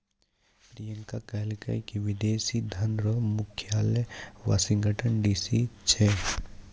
प्रियंका कहलकै की विदेशी धन रो मुख्यालय वाशिंगटन डी.सी छै